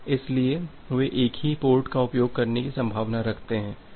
इसलिए वे एक ही पोर्ट का उपयोग करने की संभावना रखते हैं